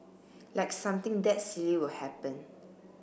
like something that silly will happen